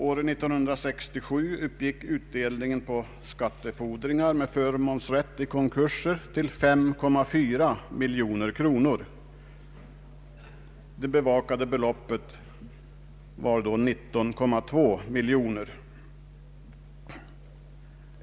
År 1967 uppgick utdelningen på skattefordringar med förmånsrätt i konkurser till 5,4 miljoner kronor. Det bevakade beloppet var 19,2 miljoner kronor.